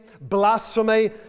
blasphemy